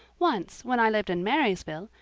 once, when i lived in marysville,